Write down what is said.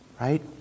right